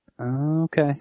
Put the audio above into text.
Okay